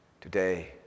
today